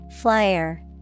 Flyer